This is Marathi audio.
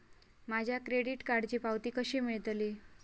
माझ्या क्रेडीट कार्डची पावती कशी मिळतली?